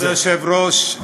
כבוד היושב-ראש,